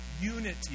unity